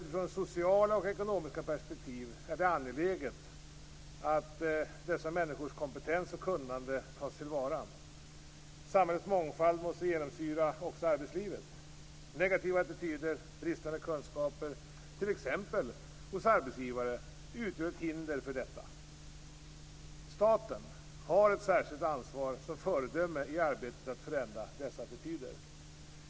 Ur både sociala och ekonomiska perspektiv är det angeläget att dessa människors kompetens och kunnande tas till vara. Samhällets mångfald måste genomsyra också arbetslivet. Negativa attityder och bristande kunskaper, t.ex. hos arbetsgivare, utgör ett hinder för detta. Staten har ett särskilt ansvar som föredöme i arbetet att förändra dessa attityder.